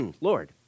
Lord